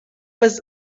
was